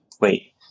wait